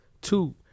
Two